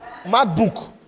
Macbook